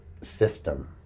system